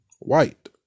white